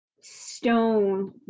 stone